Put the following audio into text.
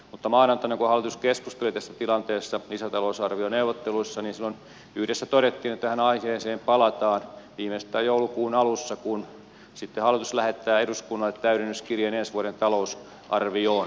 mutta maanantaina kun hallitus keskusteli tästä tilanteesta lisätalousarvioneuvotteluissa silloin yhdessä todettiin että tähän aiheeseen palataan viimeistään joulukuun alussa kun hallitus lähettää eduskunnalle täydennyskirjeen ensi vuoden talousarvioon